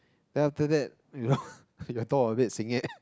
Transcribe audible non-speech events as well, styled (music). then after that (laughs) the top if it senget